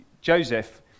Joseph